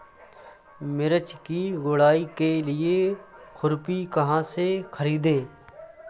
मिर्च की गुड़ाई के लिए खुरपी कहाँ से ख़रीदे?